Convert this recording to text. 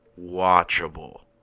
watchable